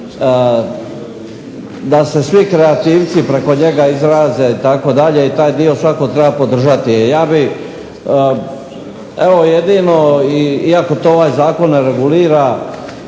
da se svi kreativci preko njega izraze itd. i taj dio treba podržati. Ja bih evo jedino, iako to ovaj Zakon ne regulira